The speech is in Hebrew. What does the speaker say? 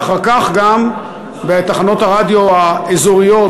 ואחר כך גם בתחנות הרדיו האזוריות,